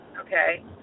okay